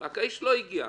רק שהאיש לא הגיע,